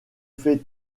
fais